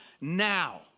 now